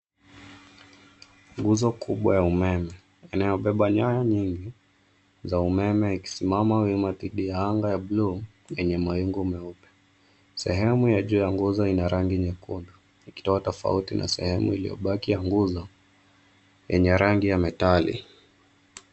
Nguzo kubwa ya umeme inayobeba nyaya nyingi za umeme ikisimama wima dhidi ya anga ya bluu yenye mawingu meupe. Sehemu ya juu ya nguzo ina rangi nyekundu ikitoa tofauti na sehemu iliyobaki ya nguzo yenye rangi ya metali.